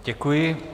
Děkuji.